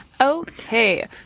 Okay